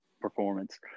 performance